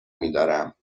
میدارم